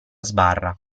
sbarra